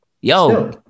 yo